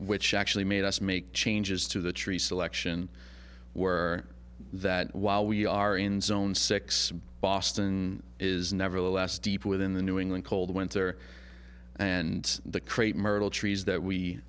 which actually made us make changes to the tree selection were that while we are in zone six boston is nevertheless deep within the new england cold winter and the crape myrtle trees that we